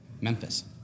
Memphis